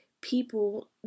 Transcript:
people